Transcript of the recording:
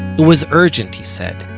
it was urgent, he said.